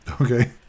okay